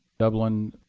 dublin